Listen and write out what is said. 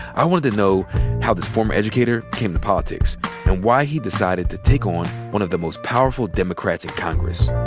i wanted to know how this former educator came to politics and why he decided to take on one of the most powerful democrats in congress.